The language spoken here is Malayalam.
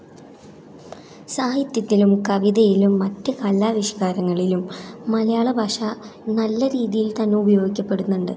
സാഹിത്യത്തിലും കവിതയിലും മറ്റ് കലാവിഷ്കാരങ്ങളിലും മലയാള ഭാഷ നല്ല രീതിയിൽത്തന്നെ ഉപയോഗിക്കപ്പെടുന്നുണ്ട്